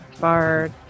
bard